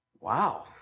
Wow